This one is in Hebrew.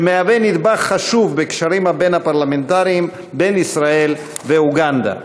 שמהווה נדבך חשוב בקשרים הבין-פרלמנטריים בין ישראל ובין אוגנדה.